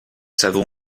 savons